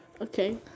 Okay